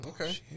Okay